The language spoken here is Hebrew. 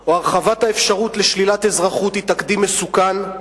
או הרחבת האפשרות לשלילת אזרחות היא תקדים מסוכן,